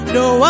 no